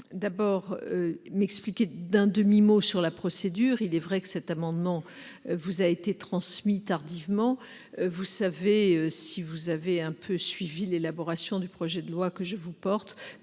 d'abord m'expliquer, d'un demi-mot, sur la procédure : il est vrai que cet amendement vous a été transmis tardivement. Vous savez, si vous avez un peu suivi l'élaboration du projet de loi que je vous présente,